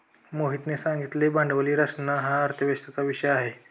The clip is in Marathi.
मोहितने सांगितले भांडवली रचना हा अर्थशास्त्राचा विषय आहे